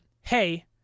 hey